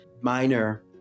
minor